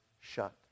shut